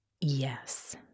Yes